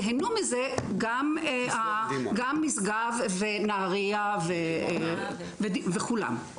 ייהנו מזה גם משגב ונהריה וכולם,